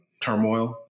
turmoil